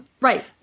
Right